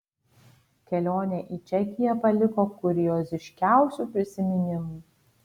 kelionė į čekiją paliko kurioziškiausių prisiminimų